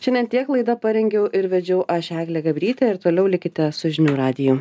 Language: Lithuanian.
šiandien tiek laidą parengiau ir vedžiau aš eglė gabrytė ir toliau likite su žinių radiju